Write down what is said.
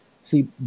see